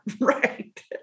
Right